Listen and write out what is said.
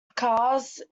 cars